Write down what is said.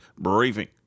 Briefing